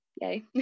yay